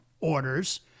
orders